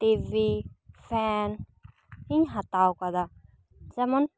TV fan ᱤᱧ ᱦᱟᱛᱟᱣ ᱟᱠᱟᱫᱟ ᱡᱮᱢᱚᱱ